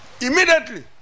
Immediately